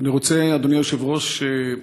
אני רוצה, אדוני היושב-ראש,